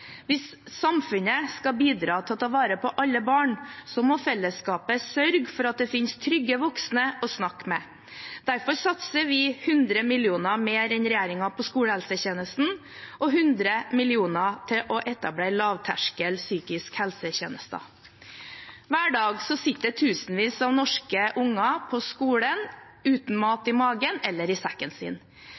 Hvis samfunnet skal bidra til å ta vare på alle barn, må fellesskapet sørge for at det finnes trygge voksne å snakke med. Derfor satser vi 100 mill. kr mer enn regjeringen på skolehelsetjenesten og 100 mill. kr til å etablere lavterskel psykisk helse-tjenester. Hver dag sitter det tusenvis av norske unger på skolen uten mat i magen eller i sekken sin.